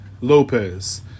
Lopez